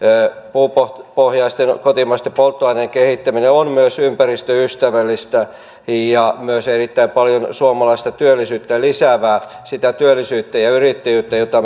puupohjaisten kotimaisten polttoaineiden kehittäminen on myös ympäristöystävällistä ja myös erittäin paljon suomalaista työllisyyttä lisäävää sitä työllisyyttä ja ja yrittäjyyttä jota